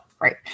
right